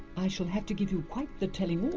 i shall have to give you quite the telling off.